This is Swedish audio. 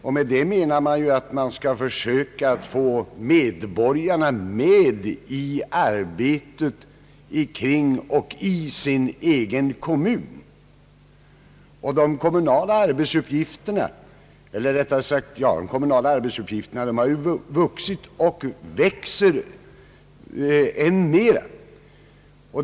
Därmed menar man ju att man skall försöka få medborgarna med i arbetet kring och i sin egen kommun. De kommunala uppgifterna har ju vuxit och växer än mera.